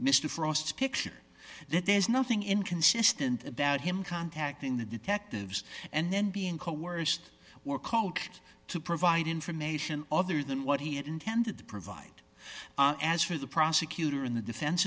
frost picture that there's nothing inconsistent about him contacting the detectives and then being coerced or called to provide information other than what he had intended to provide as for the prosecutor in the defen